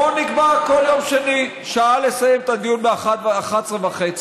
בואו נקבע שעה לסיים את הדיון בכל יום שני,